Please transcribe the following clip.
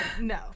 no